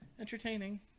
entertaining